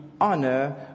honor